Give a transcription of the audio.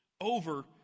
over